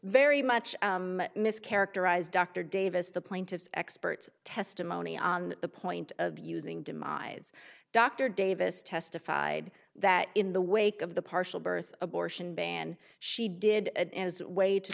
very much mis characterize dr davis the plaintiff's expert testimony on the point of using demise dr davis testified that in the wake of the partial birth abortion ban she did a way to